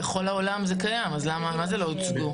בכל העולם זה קיים, אז מה זה לא הוצגו?